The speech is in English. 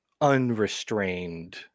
unrestrained